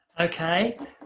Okay